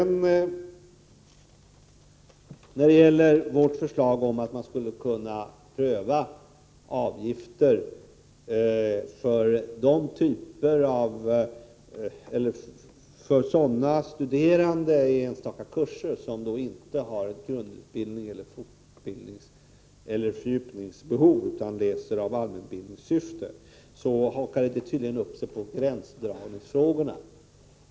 | När det gäller vårt förslag om att man skulle kunna pröva avgifter för sådana studerande på enstaka kurser som inte har grundutbildningseller fördjupningsbehov utan läser i allmänbildningssyfte, hakade det tydligen upp sig på gränsdragningsfrågorna.